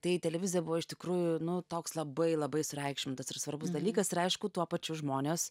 tai televizija buvo iš tikrųjų nu toks labai labai sureikšmintas ir svarbus dalykas ir aišku tuo pačiu žmonės